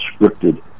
scripted